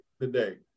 today